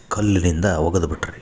ಕಲ್ಲಿನಿಂದ ಒಗದ್ಬಿಟ್ರು ರೀ